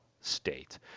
State